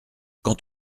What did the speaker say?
quant